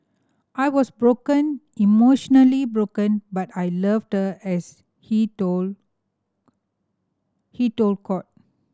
I was broken emotionally broken but I loved as he told he told court